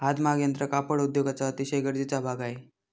हातमाग यंत्र कापड उद्योगाचा अतिशय गरजेचा भाग आहे